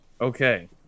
Okay